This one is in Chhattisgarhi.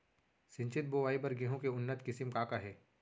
सिंचित बोआई बर गेहूँ के उन्नत किसिम का का हे??